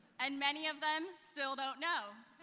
and many of them still don't know.